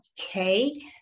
okay